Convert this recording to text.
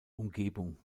umgebung